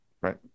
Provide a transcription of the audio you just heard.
Right